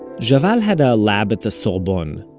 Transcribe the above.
javal had a lab at the sorbonne,